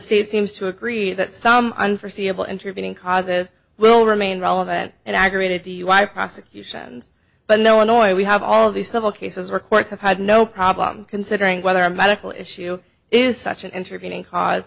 state seems to agree that some unforseen able intervening causes will remain relevant and aggravated dui prosecutions but no annoying we have all these civil cases where courts have had no problem considering whether a medical issue is such an intervening cause